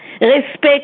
respect